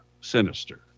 sinister